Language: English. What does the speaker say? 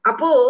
Apo